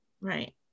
Right